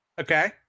Okay